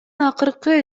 акыркы